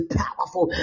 powerful